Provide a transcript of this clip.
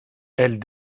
elle